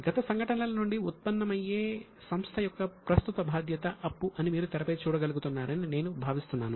గత సంఘటనల నుండి ఉత్పన్నమయ్యే సంస్థ యొక్క ప్రస్తుత బాధ్యత అప్పు అని మీరు తెరపై చూడగలుగుతున్నారని నేను భావిస్తున్నాను